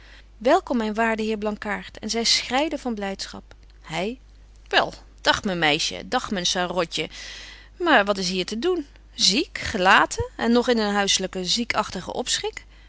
welkom myn waarde heer blankaart en zy schreide van blydschap hy wel dag myn meisje dag myn sarotbetje wolff en aagje deken historie van mejuffrouw sara burgerhart je maar wat is hier te doen ziek gelaten en nog in een huisselyken ziekagtigen